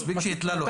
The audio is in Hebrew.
הרישיון?